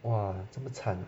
!wah! 这么惨